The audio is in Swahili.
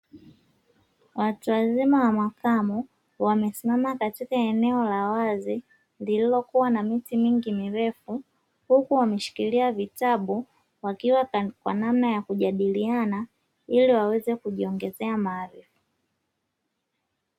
Watu wazima wa makamo wamesimama katika eneo la wazi lililokuwa na miti mingi mirefu, huku wameshikilia vitabu wakiwa kwa namna ya kujadiliana ili waweze kujiongezea maarifa.